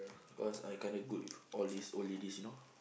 cause I kinda good with all these old ladies you know